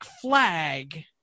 flag